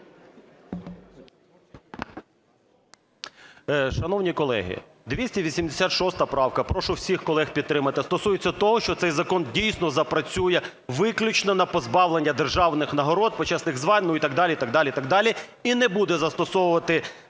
Шановні колеги, 286 правка, прошу всіх колег підтримати, стосується того, що цей закон дійсно запрацює виключно на позбавлення державних нагород, почесних звань і так далі, і так далі, і так далі, і не буде застосовувати